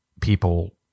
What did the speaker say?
people